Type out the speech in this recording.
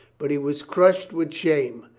but he was crushed with shame.